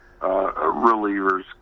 relievers